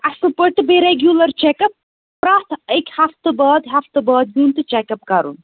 اصٕل پٲٹھۍ تہٕ بیٚیہِ ریٚگیوٗلر چیٚک اَپ پرٛتھ اکہِ ہفتہٕ بعد ہفتہٕ بعد یُن تہٕ چیک اَپ کَرُن